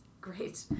Great